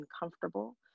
uncomfortable